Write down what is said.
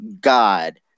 God